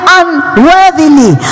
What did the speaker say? unworthily